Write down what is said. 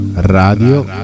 Radio